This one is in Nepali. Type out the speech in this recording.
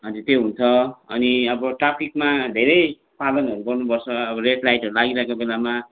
अन्त त्यो हुन्छ अनि अब ट्राफिकमा धेरै पालनहरू गर्नुपर्छ अब रेडलाइटहरू लागिरहेको बेलामा